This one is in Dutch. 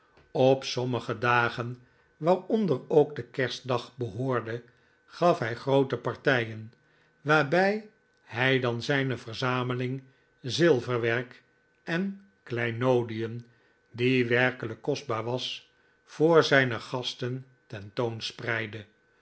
op sommige dagen waar onder ook de kerstdag behoorde gaf hij groote partijen waarbij hij dan zijne verzameling zilverwerk en kleinoodien die werkelijk kostbaar was voor zijne gasten